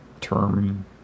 term